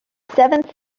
seventh